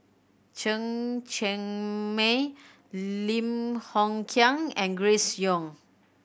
Chen Cheng Mei Lim Hng Kiang and Grace Young